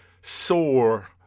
sore